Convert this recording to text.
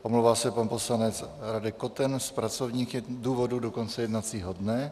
Omlouvá se pan poslanec Radek Koten z pracovních důvodů do konce jednacího dne.